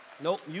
Nope